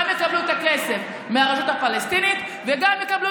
גם יקבלו את הכסף מהרשות הפלסטינית וגם יקבלו